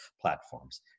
platforms